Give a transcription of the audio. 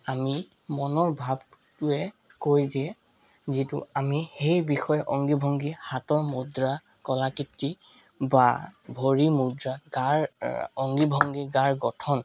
আমি মনৰ ভাৱটোৱে কয় যে যিটো আমি সেই বিষয়ে অংগী ভংগী হাতৰ মুদ্ৰা কলাকৃতি বা ভৰি মুদ্ৰা গাৰ অংগী ভংগী গাৰ গঠন